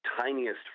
tiniest